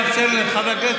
שר הביטחון.